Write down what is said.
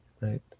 right